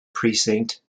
precinct